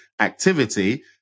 activity